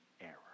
error